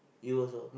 you also